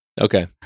Okay